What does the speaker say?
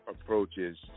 approaches